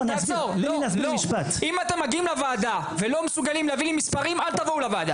אם אתם מגיעים לוועדה ולא מסוגלים להביא לי מספרים אל תבואו לוועדה.